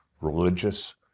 religious